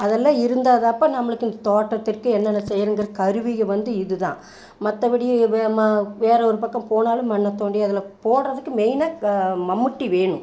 அதெல்லாம் இருந்தான்தாப்பா நம்மளுக்கு தோட்டத்திற்கு என்னென்ன செய்யணுங்கிற கருவிகள் வந்து இதுதான் மற்றபடி வே ம வேற ஒரு பக்கம் போனாலும் மண்ணைத் தோண்டி அதில் போடுறதுக்கு மெயினாக மண்பட்டி வேணும்